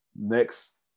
next